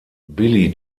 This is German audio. billy